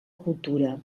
cultura